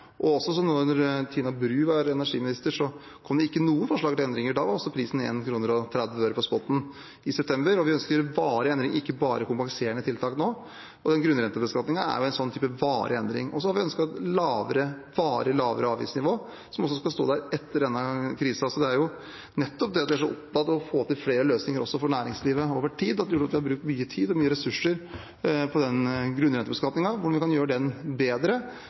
Tina Bru var energiminister, kom det ikke noen forslag til endringer; da var også spotprisen 1 kr og 30 øre i september. Vi ønsker varig endring – ikke bare kompenserende tiltak nå – og den grunnrentebeskatningen er en sånn type varig endring. Og så har vi ønsket et varig lavere avgiftsnivå som også skal stå der etter denne krisen. Så det er nettopp det at vi er så opptatt av å få til flere løsninger også for næringslivet over tid, at vi har brukt mye tid og mye ressurser på grunnrentebeskatningen og hvordan vi kan gjøre den bedre,